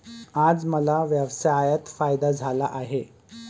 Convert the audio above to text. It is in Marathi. आज मला व्यवसायात फायदा झाला आहे